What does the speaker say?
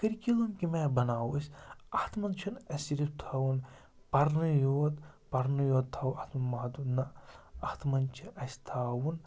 curriculum کمہِ آیہِ بَناوو أسۍ اَتھ منٛز چھِنہٕ اَسہِ صرف تھاوُن پَرنہٕ یوت پَرنہٕ یوت تھاوو اَتھ محدُ اَتھ منٛز چھِ اَسہِ تھاوُن